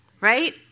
right